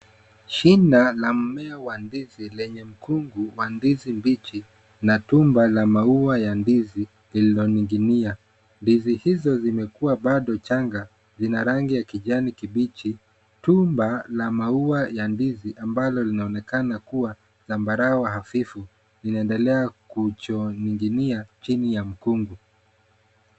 Shina la mmea wa ndizi lenye mkungu wa ndizi mbichi na tumba la maua ya ndizi, lililoning'inia. Ndizi hizo zimekua bado changa zina rangi ya kijani kibichi. Tumba la maua ya ndizi, ambalo linaonekana kua zambarau hafifu, linaendelea kuning'inia chini ya mkungu.